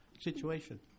situation